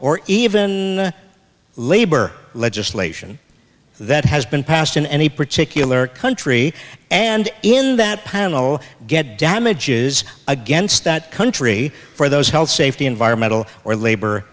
or even labor legislation that has been passed in any particular country and in that panel get damages against that country for those health safety environmental or labor